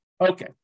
Okay